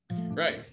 Right